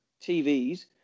TVs